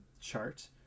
chart